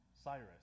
Cyrus